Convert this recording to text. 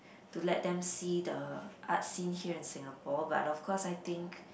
to let them see the art scene here in Singapore but of course I think